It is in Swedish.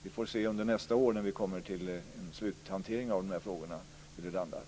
Vi får se under nästa år när vi kommer till en sluthantering av de här frågorna var vi landar.